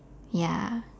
ya